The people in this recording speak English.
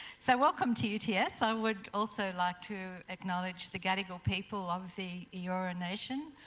so, welcome to to yeah uts. i would also like to acknowledge the gadigal people of the eora nation,